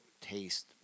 taste